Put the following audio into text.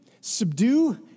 Subdue